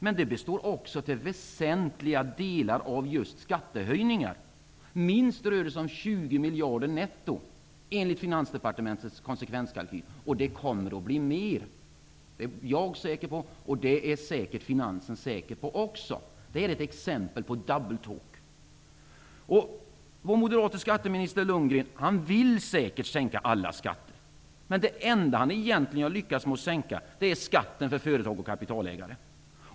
Men det består också till väsentliga delar av just skattehöjningar. Minst rör det sig om 20 miljarder netto, enligt Finansdepartementets konsekvenskalkyl. Det kommer att bli mer. Det är jag säker på och det är säkert ''finansen'' säker på också. Detta är ett exempel på ''double talk''. Vår moderate skatteminister, Bo Lundgren, vill säkert sänka alla skatter. Men det enda han egentligen har lyckats sänka är skatten för företag och kapitalägare.